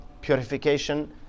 purification